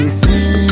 see